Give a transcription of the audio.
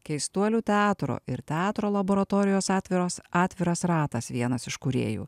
keistuolių teatro ir teatro laboratorijos atviros atviras ratas vienas iš kūrėjų